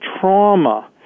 trauma